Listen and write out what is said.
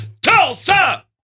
Tulsa